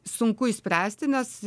sunku išspręsti nes